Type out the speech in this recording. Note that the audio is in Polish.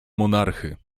monarchy